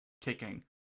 kicking